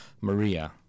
Maria